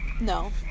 no